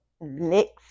next